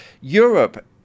Europe